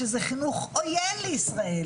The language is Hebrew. שזה חינוך עויין לישראל.